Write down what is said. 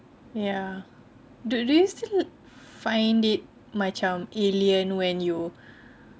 ya do they still find it macam alien when you